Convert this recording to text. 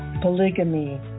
polygamy